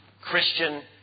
Christian